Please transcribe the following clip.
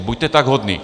Buďte tak hodný.